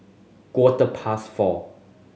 quarter past four